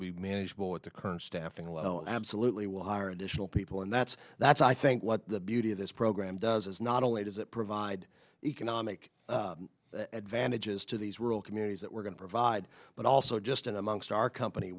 well absolutely will hire additional people and that's that's i think what the beauty of this program does is not only does it provide economic advantages to these rural communities that we're going to provide but also just in amongst our company